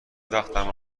وقتم